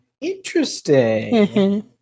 interesting